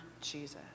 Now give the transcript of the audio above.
Jesus